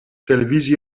televisie